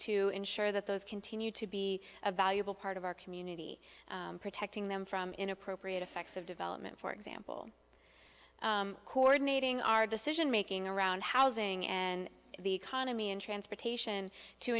to ensure that those continue to be a valuable part of our community protecting them from inappropriate effects of development for example coordinating our decision making around housing and the economy and transportation to